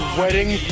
wedding